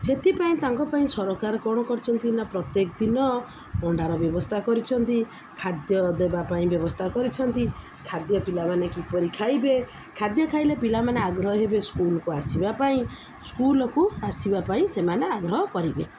ସେଥିପାଇଁ ତାଙ୍କ ପାଇଁ ସରକାର କ'ଣ କରିଛନ୍ତି ନା ପ୍ରତ୍ୟେକ ଦିନ ଅଣ୍ଡାର ବ୍ୟବସ୍ଥା କରିଛନ୍ତି ଖାଦ୍ୟ ଦେବା ପାଇଁ ବ୍ୟବସ୍ଥା କରିଛନ୍ତି ଖାଦ୍ୟ ପିଲାମାନେ କିପରି ଖାଇବେ ଖାଦ୍ୟ ଖାଇଲେ ପିଲାମାନେ ଆଗ୍ରହୀ ହେବେ ସ୍କୁଲକୁ ଆସିବା ପାଇଁ ସ୍କୁଲକୁ ଆସିବା ପାଇଁ ସେମାନେ ଆଗ୍ରହ କରିବେ